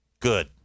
Good